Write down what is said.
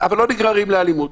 אבל לא נגררים לאלימות.